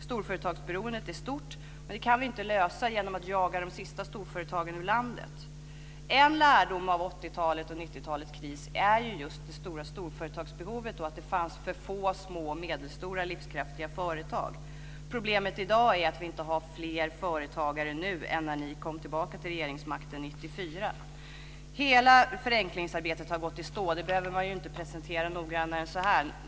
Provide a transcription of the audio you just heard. Storföretagsberoendet är stort men det kan vi inte lösa genom att jaga de sista storföretagen ur landet. En lärdom att 80-talets och 90-talets kris är just det stora storföretagsberoendet och att det fanns för få små och medelstora livskraftiga företag. Problemet i dag är att vi inte har fler företagare än vi hade 1994 när ni kom tillbaka till regeringsmakten. Hela förenklingsarbetet har gått i stå - det behöver inte presenteras noggrannare än så här.